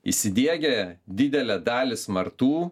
įsidiegia didelę dalį smartų